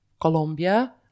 Colombia